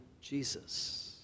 Jesus